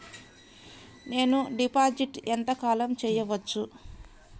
నేను డిపాజిట్ ఎంత కాలం చెయ్యవచ్చు?